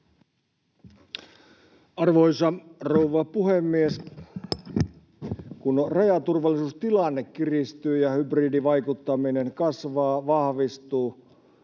Arvoisa rouva puhemies! Kun rajaturvallisuustilanne kiristyy ja hybridivaikuttaminen kasvaa, vahvistuu,